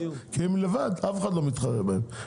כי הם לבד, אף אחד לא מתחרה בהם.